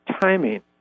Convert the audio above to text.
timing